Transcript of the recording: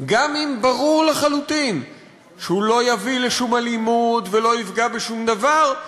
גם אם ברור לחלוטין שהוא לא יביא לשום אלימות ולא יפגע בשום דבר,